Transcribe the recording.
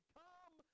come